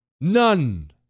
None